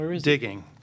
digging